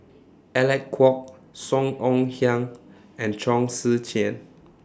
Alec Kuok Song Ong Siang and Chong Tze Chien